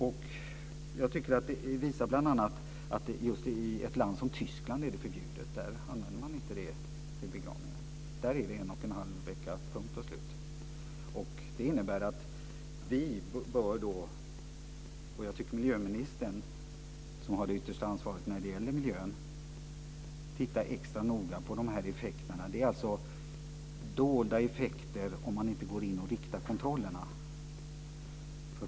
I ett land som Tyskland är det här ämnet förbjudet att använda vid begravningar. Där gäller en och en halv vecka - punkt och slut. Miljöministern, som har det yttersta ansvaret för miljön, bör titta extra noga på de dolda effekter som inte kommer fram om man inte sätter in kontroller.